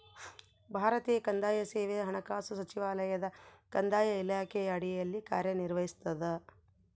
ಭಾರತೀಯ ಕಂದಾಯ ಸೇವೆ ಹಣಕಾಸು ಸಚಿವಾಲಯದ ಕಂದಾಯ ಇಲಾಖೆಯ ಅಡಿಯಲ್ಲಿ ಕಾರ್ಯನಿರ್ವಹಿಸ್ತದ